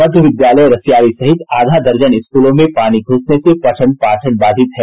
मध्य विद्यालय रसियारी सहित आधा दर्जन स्कूलों में पानी घूसने से पठन पाठन बाधित है